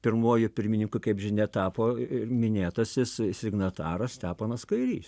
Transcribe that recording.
pirmuoju pirmininku kaip žinia tapo ir minėtasis signataras steponas kairys